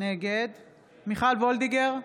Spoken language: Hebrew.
נגד מיכל וולדיגר,